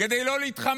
כדי לא להתחמק,